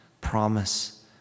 promise